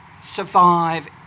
survive